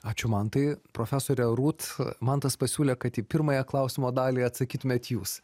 ačiū mantai profesorė rūt mantas pasiūlė kad į pirmąją klausimo dalį atsakytumėt jūs